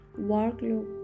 workload